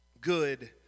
good